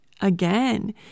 again